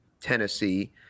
Tennessee